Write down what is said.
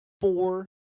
four